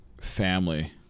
family